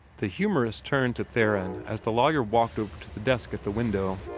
the humorist turned to theron as the lawyer walked over to the desk at the window.